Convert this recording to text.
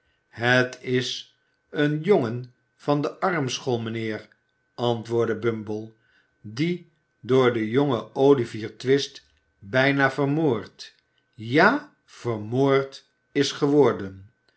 het is een jongen van de armschool mijnheer antwoordde bumble die door den jongen olivier twist bijna vermoord ja vermoord is geworden